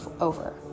over